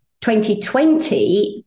2020